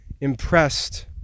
impressed